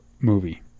movie